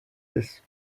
des